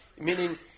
Meaning